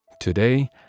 Today